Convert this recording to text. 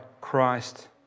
Christ